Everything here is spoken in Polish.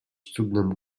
cudnemu